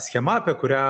schema apie kurią